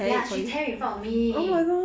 ya she tear it in front of me